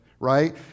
right